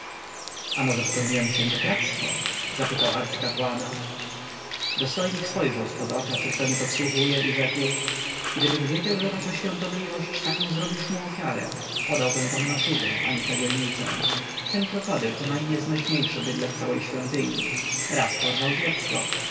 a może popełniłem świętokradztwo zapytał arcykapłana dostojnik spojrzał z pod oka czy kto nie podsłuchuje i odparł gdybym wiedział że wasza świątobliwość taką zrobisz mu ofiarę podałbym wam maczugę a nie kadzielnicę ten krokodyl to najnieznośniejsze bydlę w całej świątyni raz porwał dziecko